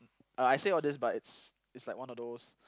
uh I say all these but it's it's like one of those